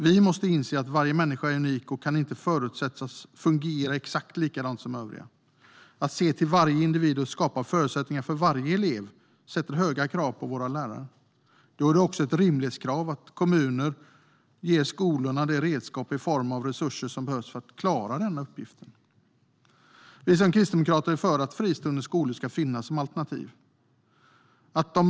Vi måste inse att varje människa är unik och inte kan förutsättas fungera exakt likadant som övriga. Att se varje individ och skapa förutsättningar för varje elev ställer höga krav på våra lärare. Då är det också ett rimlighetskrav att kommuner ger skolorna det redskap i form av resurser som behövs för att klara den uppgiften. Vi kristdemokrater är för att fristående skolor ska finnas som alternativ.